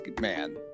man